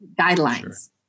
guidelines